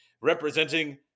representing